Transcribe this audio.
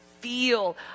feel